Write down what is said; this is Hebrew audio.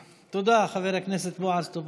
תודה, חבר הכנסת בועז טופורובסקי.